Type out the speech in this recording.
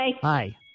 Hi